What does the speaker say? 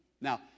Now